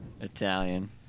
Italian